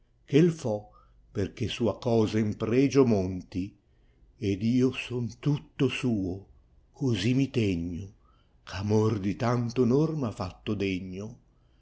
podestate cheu fo perchè sua cosa in pregio monti ed io son tutto suo cosi mi tegno gh amor di tanto onor m ha fatto degno